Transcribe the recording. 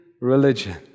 religion